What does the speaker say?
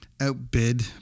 outbid